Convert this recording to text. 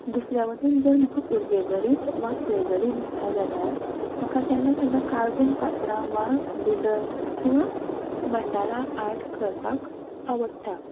दुसऱ्या वटेन जर म्हाका उर्बेभरीत वा खेळगडी दिसता जाल्यार म्हाका केन्ना केन्ना कार्टून पात्रां वा डुडल किंवां मंडाला आर्ट करपाक आवडटा